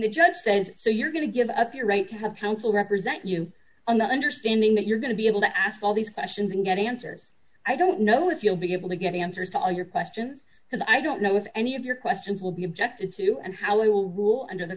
the judge says so you're going to give up your right to have counsel represent you on the understanding that you're going to be able to ask all these questions and get answers i don't know if you'll be able to get answers to all your questions because i don't know if any of your questions will be objected to and how i will rule under the